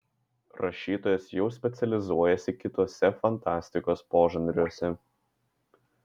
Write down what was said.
rašytojas jau specializuojasi kituose fantastikos požanriuose